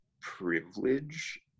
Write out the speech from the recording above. privilege